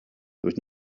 there